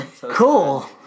Cool